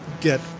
get